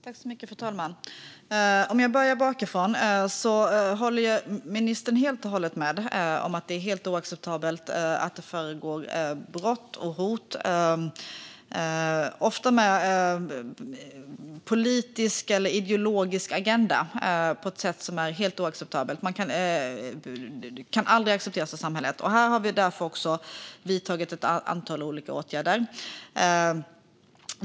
Fru talman! Jag börjar bakifrån. Jag håller helt och hållet med om att det är oacceptabelt att det förekommer brott och hot. Det finns ofta en politisk eller ideologisk agenda, på ett helt oacceptabelt sätt. Det kan aldrig accepteras av samhället. Därför har vi också vidtagit ett antal olika åtgärder.